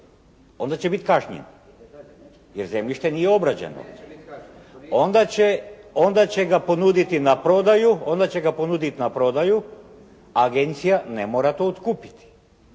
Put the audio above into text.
Onda će biti kažnjen jer zemljište nije obrađeno. Onda će ga ponuditi na prodaju, agencija ne mora to otkupiti.